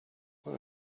what